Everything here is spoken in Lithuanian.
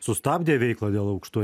sustabdė veiklą dėl aukštų